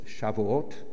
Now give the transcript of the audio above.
Shavuot